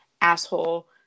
asshole